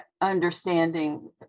understanding